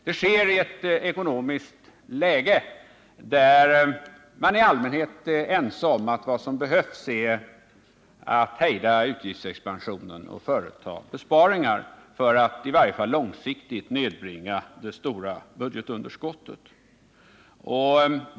Det sker i ett ekonomiskt läge där man i allmänhet är ense om att vad som behövs är att hejda utgiftsexpansionen och företa besparingar, för att i varje fall långsiktigt nedbringa det stora budgetunderskottet.